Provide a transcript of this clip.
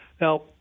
Now